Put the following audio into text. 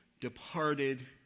departed